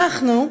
אנחנו,